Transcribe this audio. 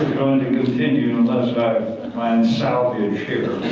to continue unless i find salvage here.